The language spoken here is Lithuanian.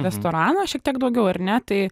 restoraną šiek tiek daugiau ar ne tai